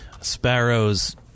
sparrows